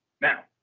now